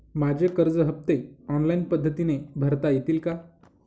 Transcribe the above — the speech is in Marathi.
माझे कर्ज हफ्ते ऑनलाईन पद्धतीने भरता येतील का?